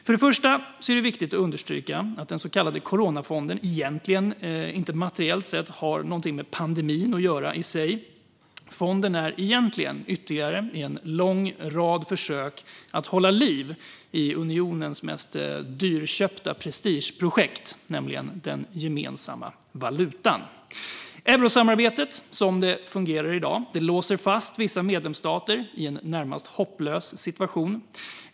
För det första är det viktigt att understryka att den så kallade coronafonden inte materiellt sett har något med pandemin i sig att göra. Fonden är egentligen ytterligare ett i en lång rad försök att hålla liv i unionens mest dyrköpta prestigeprojekt, nämligen den gemensamma valutan. Eurosamarbetet, som det fungerar i dag, låser fast vissa medlemsstater i en närmast hopplös situation.